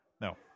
No